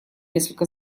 несколько